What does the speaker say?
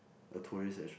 a tourist